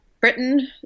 Britain